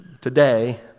today